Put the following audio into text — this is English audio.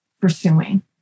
pursuing